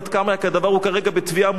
כי הדבר כרגע בתביעה מול מח"ש,